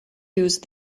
use